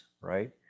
right